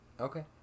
Okay